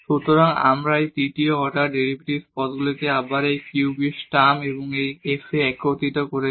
সুতরাং আমরা এই তৃতীয় অর্ডার ডেরিভেটিভস পদগুলিকে আবার এই কিউবড টার্ম এবং এই f এ একত্রিত করেছি